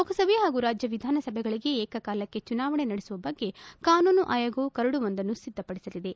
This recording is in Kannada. ಲೋಕಸಭೆ ಪಾಗೂ ರಾಜ್ಯ ವಿಧಾನಸಭೆಗಳಿಗೆ ಏಕಕಾಲಕ್ಕೆ ಚುನಾವಣೆ ನಡೆಸುವ ಬಗ್ಗೆ ಕಾನೂನು ಆಯೋಗವು ಕರಡುವೊಂದನ್ನು ಸಿದ್ದಪಡಿಸಲಿದೆ